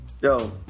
Yo